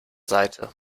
seite